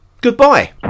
Goodbye